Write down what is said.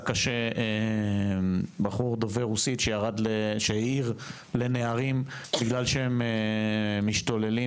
קשה בחור דובר רוסית שהעיר לנערים בגלל שהם משתוללים